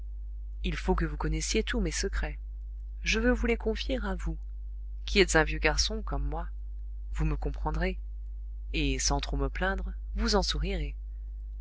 il faut que vous connaissiez tous mes secrets je veux vous les confier à vous qui êtes un vieux garçon comme moi vous me comprendrez et sans trop me plaindre vous en sourirez